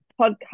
podcast